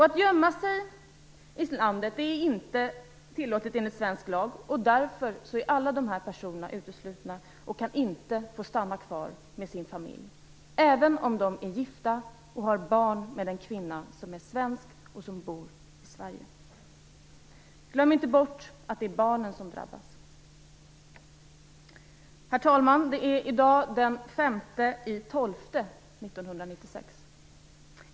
Att gömma sig i landet är inte tillåtet enligt svensk lag, och därför är alla de här personerna uteslutna och kan inte få stanna kvar med sin familj, även om de är gifta och har barn med en kvinna som är svensk och som bor i Sverige. Glöm inte bort att det är barnen som drabbas! Herr talman! Det är i dag den 5 december 1996.